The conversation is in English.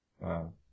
Wow